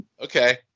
Okay